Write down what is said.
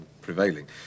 prevailing